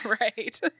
right